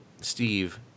Steve